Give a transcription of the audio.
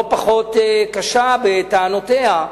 לא פחות קשה בטענותיה,